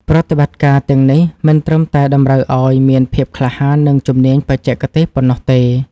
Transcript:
ប្រតិបត្តិការទាំងនេះមិនត្រឹមតែតម្រូវឱ្យមានភាពក្លាហាន និងជំនាញបច្ចេកទេសប៉ុណ្ណោះទេ។